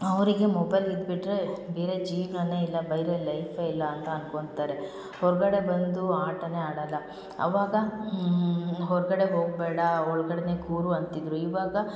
ಅವರಿಗೆ ಮೊಬೈಲ್ ಇದ್ಬಿಟ್ಟರೆ ಬೇರೆ ಜೀವನವೇ ಇಲ್ಲ ಬೈರೆ ಲೈಫೆ ಇಲ್ಲ ಅಂತ ಅನ್ಕೊಂತಾರೆ ಹೊರಗಡೆ ಬಂದು ಆಟನೇ ಆಡಲ್ಲ ಅವಾಗ ಹೊರಗಡೆ ಹೋಗಬೇಡ ಒಳಗಡೆನೆ ಕೂರು ಅಂತಿದ್ದರು ಇವಾಗ